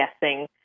guessing